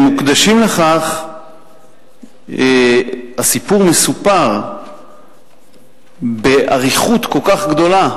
באמת, הסיפור מסופר באריכות כל כך גדולה